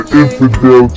infidel